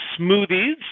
smoothies